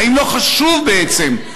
והאם לא חשוב בעצם,